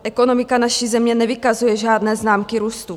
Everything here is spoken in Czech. Ekonomika naší země nevykazuje žádné známky růstu.